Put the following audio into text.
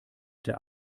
der